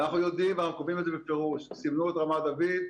ואנחנו יודעים ואנחנו קובעים את זה בפירוש סימנו את רמת דוד,